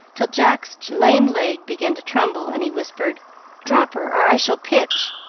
till jack's lame leg began to tremble, and he whispered drop her or i shall pitch.